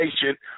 patient